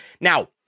Now